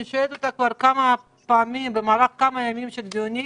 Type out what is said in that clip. שואלת אותה כבר כמה פעמים במהלך כמה ימי דיונים.